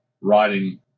writing